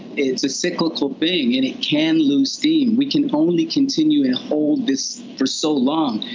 it's a cyclical thing. and it can lose steam. we can only continue and hold this for so long.